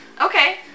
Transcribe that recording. Okay